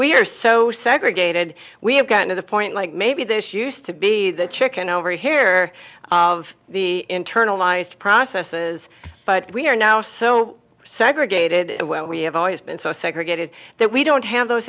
we are so segregated we have gotten to the point like maybe this used to be the chicken over here of the internalized processes but we are now so segregated when we have always been so segregated that we don't have those